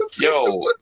yo